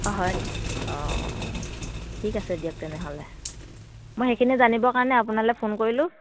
অঁ হয় নি অঁ ঠিক আছে দিয়ক তেনেহ'লে মই সেইখিনি জানিবৰ কাৰণে আপোনালৈ ফোন কৰিলোঁ